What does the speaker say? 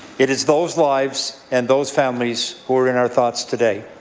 it is those lives and those families who are in our thoughts today.